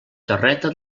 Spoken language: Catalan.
terreta